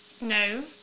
No